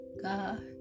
God